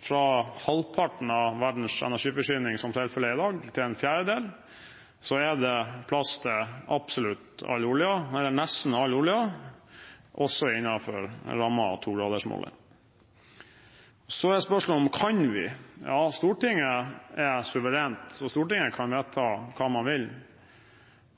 fra halvparten av verdens energiforsyning, som tilfellet er i dag, til en fjerdedel, er det plass til nesten all oljen, også innenfor rammen av togradersmålet. Så er spørsmålet: Kan vi? Ja, Stortinget er suverent, så Stortinget kan vedta hva man vil,